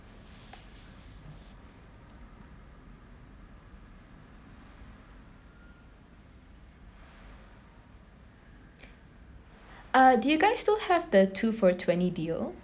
uh do you guys still have the two for twenty deal